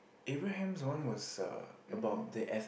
Abraham's one was uh about the eth~